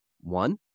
One